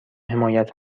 حمایت